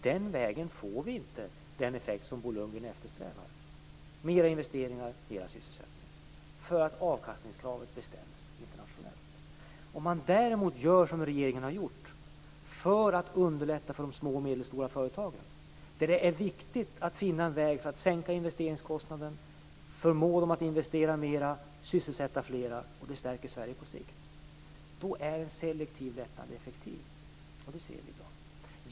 Den vägen får vi inte den effekt som Bo Lundgren eftersträvar, mera investeringar och mer sysselsättning. Det får vi inte därför att avkastningskravet bestäms internationellt. Gör man däremot som regeringen har gjort kan man underlätta för de små och medelstora företagen. Det är viktigt att finna en väg för att sänka investeringskostnaden, förmå dem att investera mera och sysselsätta flera. Det stärker Sverige på sikt. Då är en selektiv lättnad effektiv. Det ser vi i dag.